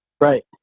Right